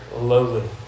lowly